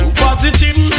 positive